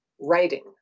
writing